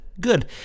Good